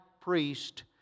priest